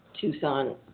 Tucson